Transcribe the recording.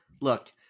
look